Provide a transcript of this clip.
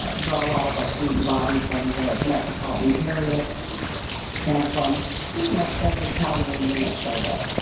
ah draw a lot of our student body from the metropolitan area and from pretty much every county in minnesota.